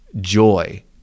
joy